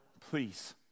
Please